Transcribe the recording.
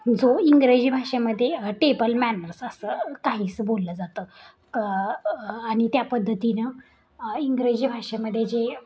जो इंग्रजी भाषेमदे टेबल मॅनर्स असं काहीसं बोललं जातं क आणि त्या पद्धतीनं इंग्रजी भाषेमध्ये जे